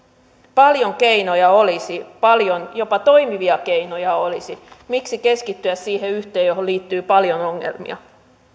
paljon keinoja olisi paljon jopa toimivia keinoja olisi miksi keskittyä siihen yhteen johon liittyy paljon ongelmia